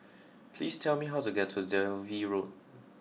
please tell me how to get to Dalvey Road